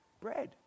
bread